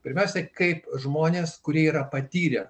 pirmiausiai kaip žmonės kurie yra patyrę